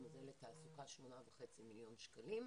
הזה לתעסוקה שמונה וחצי מיליון שקלים.